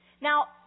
Now